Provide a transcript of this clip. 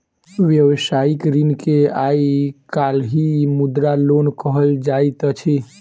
व्यवसायिक ऋण के आइ काल्हि मुद्रा लोन कहल जाइत अछि